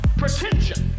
pretension